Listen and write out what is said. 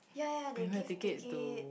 ya ya they give ticket